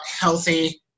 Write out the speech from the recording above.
healthy